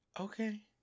Okay